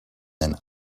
then